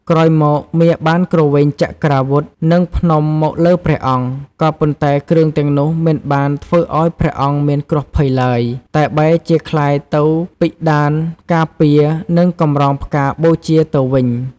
ក្រោយមកមារបានគ្រវែងចក្រាវុធ និងភ្នំមកលើព្រះអង្គ ក៏ប៉ុន្តែគ្រឿងទាំងនោះមិនបានធ្វើអោយព្រអង្គមានគ្រោះភ័យឡើយ តែបែរជាក្លាយទៅពិដានការពារ និងកម្រងផ្កាបូជាទៅវិញ។